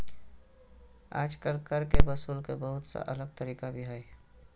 आजकल कर के वसूले के बहुत सा अलग तरीका भी हइ